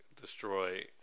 destroy